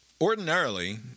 ordinarily